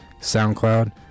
soundcloud